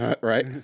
right